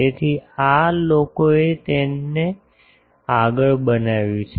તેથી આ લોકોએ તેને આગળ બનાવ્યું છે